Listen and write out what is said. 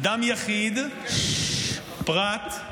אדם יחיד, פרט.